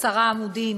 ועשרה עמודים